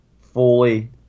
fully